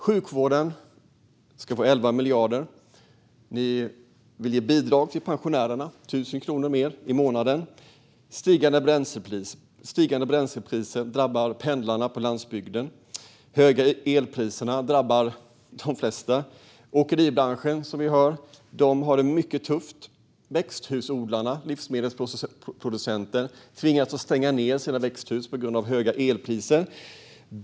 Sjukvården ska få 11 miljarder, och ni vill ge bidrag till pensionärerna med 1 000 kronor mer i månaden. Stigande bränslepriser drabbar pendlarna på landsbygden. De höga elpriserna drabbar de flesta. Åkeribranschen har det, som vi hör, mycket tufft. Växthusodlarna, som är livsmedelsproducenter, tvingas stänga ned sina växthus på grund av höga elpriser.